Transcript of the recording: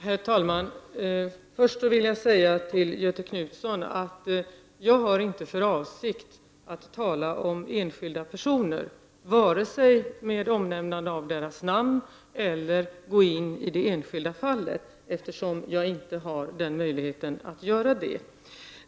Herr talman! Först vill jag säga till Göthe Knutson att jag inte har för avsikt att vare sig tala om enskilda personer med omnämnande av deras namn eller att gå in på det enskilda fallet eftersom jag inte har möjlighet att göra detta.